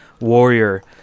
warrior